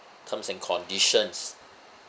terms and conditions